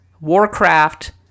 Warcraft